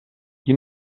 qui